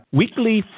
weekly